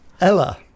Ella